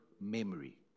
memory